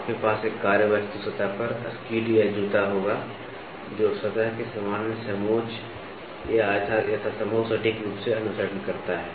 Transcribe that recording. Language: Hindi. आपके पास एक कार्यवस्तु सतह पर एक स्किड या जूता होगा जो सतह के सामान्य समोच्च का यथासंभव सटीक रूप से अनुसरण करता है